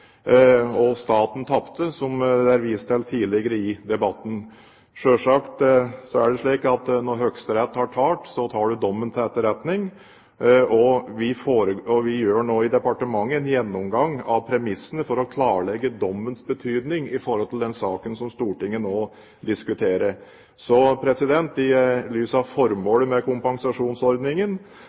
og staten tapte – som det er vist til tidligere i debatten. Selvsagt er det slik at når Høyesterett har talt, tar man dommen til etterretning, og vi gjør i departementet nå en gjennomgang av premissene for å klarlegge dommens betydning for den saken som Stortinget nå diskuterer. I lys av formålet med kompensasjonsordningen